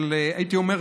הייתי אומר,